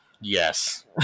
yes